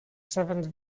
seventh